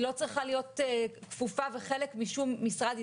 היא לא צריכה להיות כפופה וחלק משום משרד,